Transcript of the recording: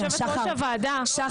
יושבת ראש הוועדה --- רגע שנייה,